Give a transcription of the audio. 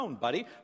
buddy